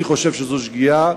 אני חושב שזאת שגיאה.